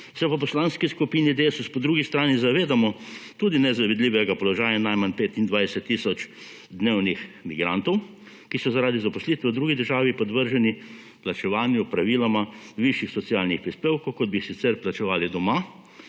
Desus po drugi strani zavedamo tudi nezavidljivega položaja najmanj 25 tisoč dnevnih migrantov, ki so zaradi zaposlitve v drugi državi podvrženi plačevanju praviloma višjih socialnih prispevkov, kot bi jih sicer plačevali doma,